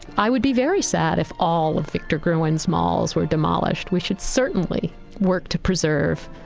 i would be very sad if all of victor gruen's malls were demolished. we should certainly work to preserve,